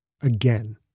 Again